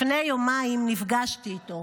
לפני יומיים נפגשתי איתו,